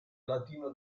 latino